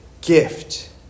gift